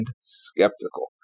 skeptical